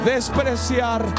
Despreciar